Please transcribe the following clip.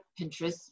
Pinterest